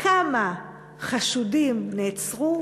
כמה חשודים נעצרו?